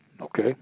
Okay